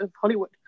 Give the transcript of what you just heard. Hollywood